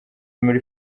muri